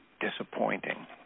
disappointing